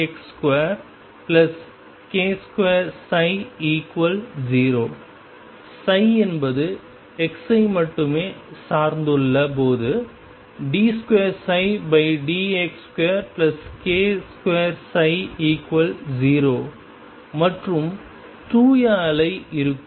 d2dx2k2ψ0 என்பது x ஐ மட்டுமே சார்ந்துள்ள போது d2dx2k2ψ0 மற்றும் தூய அலை இருக்கும்